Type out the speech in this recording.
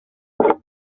rega